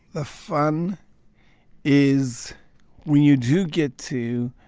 ah fun is when you do get to